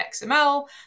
XML